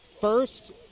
first